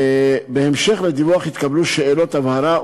בהמשך לדיווח התקבלו שאלות הבהרה,